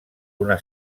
una